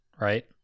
right